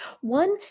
one